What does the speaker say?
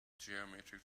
geometric